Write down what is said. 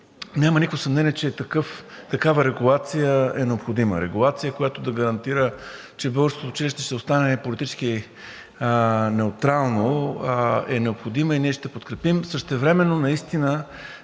няма никакво съмнение, че такава регулация – регулация, която да гарантира, че българското училище ще остане политически неутрално, е необходима и ние ще я подкрепим. Същевременно, когато